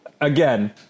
again